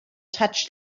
touched